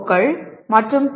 க்கள் மற்றும் பி